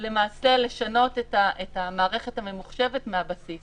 למעשה לשנות את המערכת הממוחשבת מהבסיס